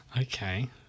Okay